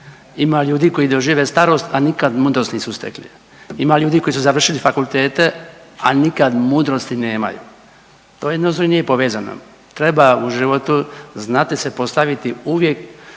Ima ljudi koji dožive starost, a nikad mudrost nisu stekli. Ima ljudi koji su završili fakultete a nikad mudrosti nemaju. To je jedno s drugim nije povezano. Treba u životu znati se postaviti uvijek